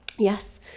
Yes